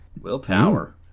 Willpower